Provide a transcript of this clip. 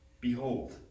behold